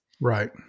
right